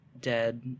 Dead